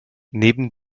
neben